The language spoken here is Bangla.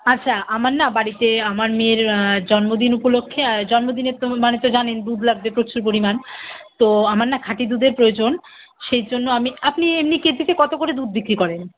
আচ্ছা আমার না বাড়িতে আমার মেয়ের জন্মদিন উপলক্ষে জন্মদিনের তো মানে তো জানেন দুধ লাগবে প্রচুর পরিমাণ তো আমার না খাঁটি দুধের প্রয়োজন সেই জন্য আমি আপনি এমনি কেজিতে কত করে দুধ বিক্রি করেন